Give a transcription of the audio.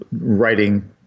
writing